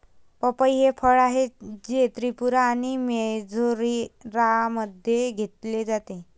पपई हे फळ आहे, जे त्रिपुरा आणि मिझोराममध्ये घेतले जाते